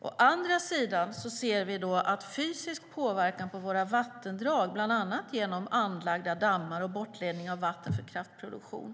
Å andra sidan ser vi fysisk påverkan på våra vattendrag bland annat genom anlagda dammar och bortledning av vatten för kraftproduktion.